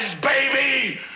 baby